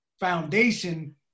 foundation